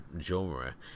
genre